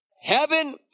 heaven